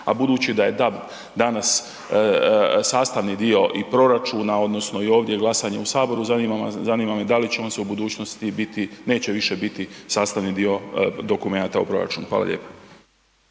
a budući da je DAB danas sastavni dio i proračuna odnosno i ovdje glasanja u saboru zanima me da li će on se u budućnosti biti neće više biti sastavni dio dokumenata u proračunu. Hvala lijepo.